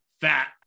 Fat